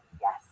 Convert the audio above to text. Yes